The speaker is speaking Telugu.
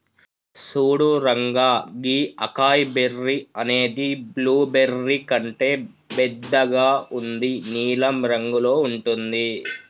సూడు రంగా గీ అకాయ్ బెర్రీ అనేది బ్లూబెర్రీ కంటే బెద్దగా ఉండి నీలం రంగులో ఉంటుంది